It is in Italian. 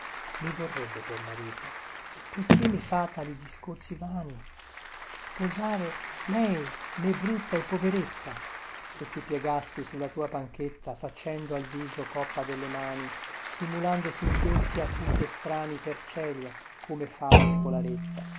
mi vorrebbe per marito perchè mi fa tali discorsi vani sposare lei me brutta e poveretta e ti piegasti sulla tua panchetta facendo al viso coppa delle mani simulando singhiozzi acuti e strani per celia come fa la scolaretta